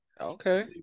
Okay